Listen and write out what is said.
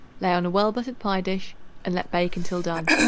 lay on a well-buttered pie-dish and let bake until done.